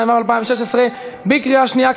התשע"ו 2016. בקריאה שנייה.